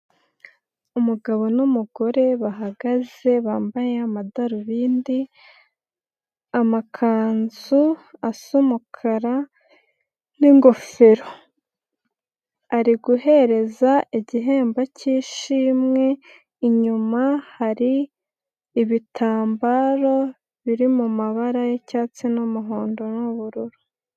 Umugabo n'umugore bahagaze bambaye amadarubindi, amakanzu asa umukara n'ingofero. Ari guhereza igihembo cy'ishimwe, inyuma hari ibitambaro biri mu mabara y'icyatsi n'umuhondo n'ubururu.